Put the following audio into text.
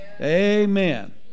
Amen